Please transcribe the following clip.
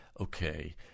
okay